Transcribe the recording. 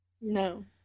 No